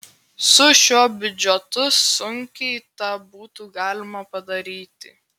su šiuo biudžetu sunkiai tą būtų galima padaryti